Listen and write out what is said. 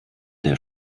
der